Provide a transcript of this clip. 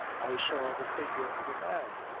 i saw the figure of a man,